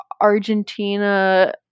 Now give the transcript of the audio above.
Argentina